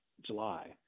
July